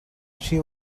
she